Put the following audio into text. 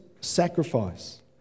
sacrifice